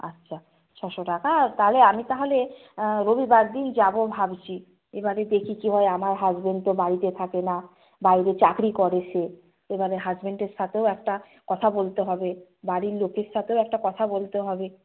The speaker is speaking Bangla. আচ্ছা ছশো টাকা আর তাহলে আমি তাহলে রবিবার দিন যাব ভাবছি এবারে দেখি কি হয় আমার হাজবেন্ড তো বাড়িতে থাকে না বাইরে চাকরি করে সে এবারে হাজবেন্ডের সাথেও একটা কথা বলতে হবে বাড়ির লোকের সাথেও একটা কথা বলতে হবে